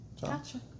gotcha